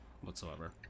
whatsoever